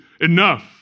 enough